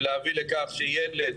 ולהביא לכך שילד